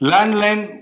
Landline